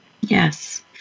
Yes